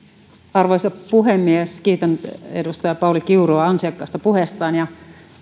arvoisa puhemies kiitän edustaja pauli kiurua hänen ansiokkaasta puheestaan ja